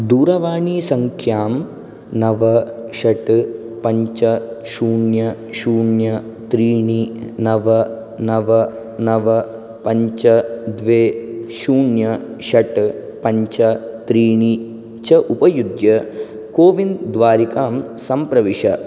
दूरवाणीसङ्ख्यां नव षट् पञ्च शून्यं शून्यं त्रीणि नव नव नव पञ्च द्वे शून्यं षट् पञ्च त्रीणि च उपयुज्य कोविन् द्वारिकां सम्प्रविश